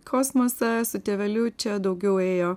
kosmosą su tėveliu čia daugiau ėjo